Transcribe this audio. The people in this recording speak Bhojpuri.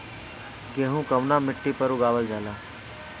गेहूं कवना मिट्टी पर उगावल जाला?